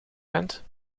bent